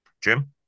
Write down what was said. Jim